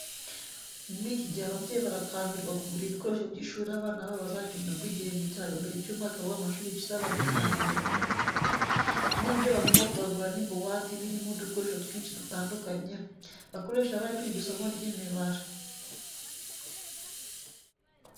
Muri iki gihe ababyeyi barakangurirwa kugura ibikoresho by'ishuri abana babo bazakenera ubwo igihembwe cya mbere cy'umwaka w'amashuri kizaba gitangiye. Bimwe mu byo bagomba kubagurira ni buwate iba irimo udukoresho twinshi dutandukanye, bakoresha bari kwiga isomo ry'imibare.